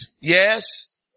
Yes